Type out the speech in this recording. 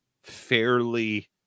fairly